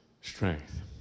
strength